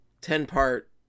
Ten-part